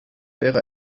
wäre